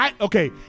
Okay